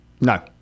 No